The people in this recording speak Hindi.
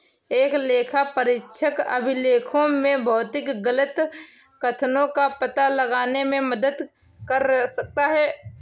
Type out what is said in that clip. एक लेखापरीक्षक अभिलेखों में भौतिक गलत कथनों का पता लगाने में मदद कर सकता है